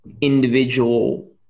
individual